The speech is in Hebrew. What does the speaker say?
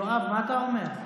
יואב, מה אתה אומר?